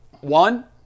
one